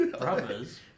Brothers